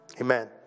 amen